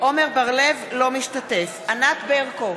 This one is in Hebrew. עמר בר-לב, אינו משתתף בהצבעה ענת ברקו,